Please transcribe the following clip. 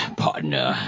partner